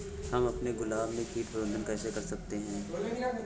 हम अपने गुलाब में कीट प्रबंधन कैसे कर सकते है?